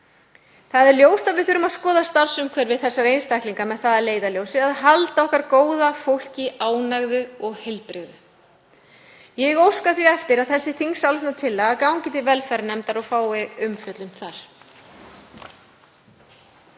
Það er ljóst að við þurfum að skoða starfsumhverfi þessara einstaklinga með það að leiðarljósi að halda okkar góða fólki ánægðu og heilbrigðu. Ég óska því eftir að þessi þingsályktunartillaga gangi til velferðarnefndar og fái umfjöllun þar.